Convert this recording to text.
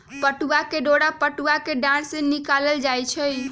पटूआ के डोरा पटूआ कें डार से निकालल जाइ छइ